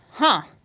huh?